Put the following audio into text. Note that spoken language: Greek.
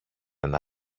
ένα